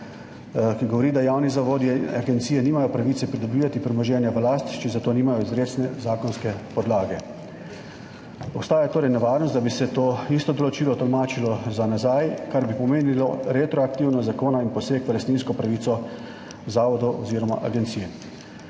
ki govori, da javni zavodi, agencije nimajo pravice pridobivati premoženja v last, če za to nimajo izrecne zakonske podlage. Obstaja torej nevarnost, da bi se to isto določilo tolmačilo za nazaj, kar bi pomenilo retroaktivnost zakona in poseg v lastninsko pravico zavodov oziroma agencij.